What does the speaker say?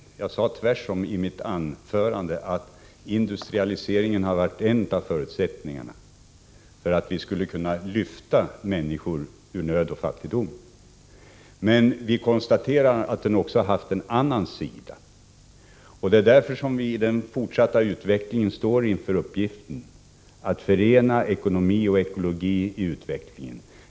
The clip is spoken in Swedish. Jag sade tvärtom i mitt anförande att industrialiseringen har varit en av förutsättningarna för att vi skulle kunna lyfta människor ur nöd och fattigdom. Men vi konstaterar att den också har haft en annan sida. Det är därför vi inför den fortsatta utvecklingen har att arbeta med uppgiften att förena ekonomi och ekologi.